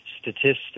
statistics